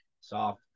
Soft